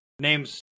Name's